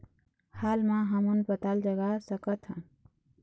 हाल मा हमन पताल जगा सकतहन?